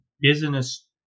business